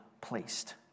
placed